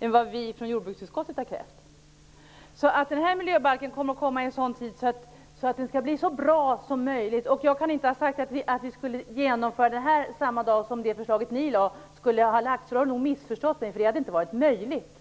med vad vi från jordbruksutskottet har krävt. Den här miljöbalken kommer att komma i sådan tid att den blir så bra som möjligt. Jag kan inte ha sagt att vi skulle genomföra det här samma dag som ert förslag skulle ha lagts. Det har nog Dan Ericsson missförstått. Det hade ju inte varit möjligt!